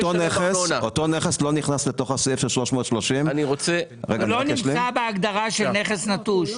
אותו נכס לא נכנס לתוך סעיף 330. הוא לא נמצא בהגדרה של נכס נטוש.